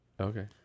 Okay